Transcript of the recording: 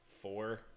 four